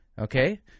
Okay